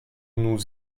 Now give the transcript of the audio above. nous